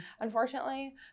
unfortunately